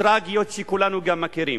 טרגיות שכולנו מכירים.